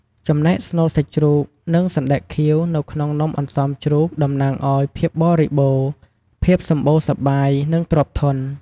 ចំណែកស្នូលសាច់ជ្រូក និងសណ្ដែកខៀវនៅក្នុងនំអន្សមជ្រូកតំណាងឲ្យ ភាពបរិបូណ៌ ភាពសម្បូរសប្បាយ និងទ្រព្យធន។